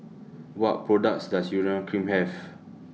What products Does Urea Cream Have